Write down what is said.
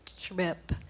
trip